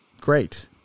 great